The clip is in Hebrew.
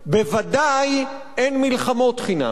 בוודאי אין מלחמות חינם,